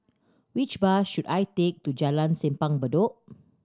which bus should I take to Jalan Simpang Bedok